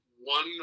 one